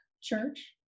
Church